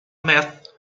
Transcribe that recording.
myths